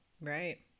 Right